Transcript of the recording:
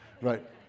right